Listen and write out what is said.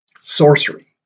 sorcery